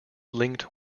linked